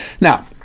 Now